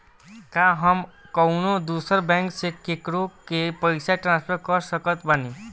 का हम कउनों दूसर बैंक से केकरों के पइसा ट्रांसफर कर सकत बानी?